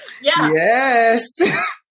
Yes